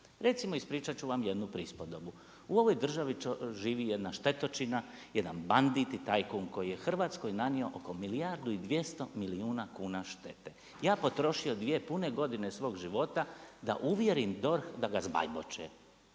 Recimo, ispričati ću vam jednu prispodobu. U ovoj državi živi jedna štetočina, jedan bandit i tajkun koji je Hrvatskoj nanio oko milijardu i 200 milijuna kuna štete. Ja potrošio dvije pune godine svog života da uvjerim DORH da ga …/Govornik